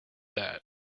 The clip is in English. that